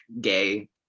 gay